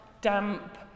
damp